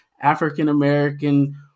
African-American